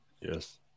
Yes